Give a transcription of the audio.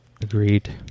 Agreed